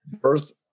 Birth